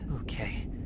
Okay